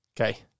Okay